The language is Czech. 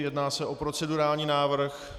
Jedná se o procedurální návrh.